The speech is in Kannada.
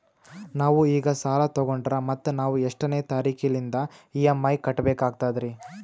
ನಾವು ಈಗ ಸಾಲ ತೊಗೊಂಡ್ರ ಮತ್ತ ನಾವು ಎಷ್ಟನೆ ತಾರೀಖಿಲಿಂದ ಇ.ಎಂ.ಐ ಕಟ್ಬಕಾಗ್ತದ್ರೀ?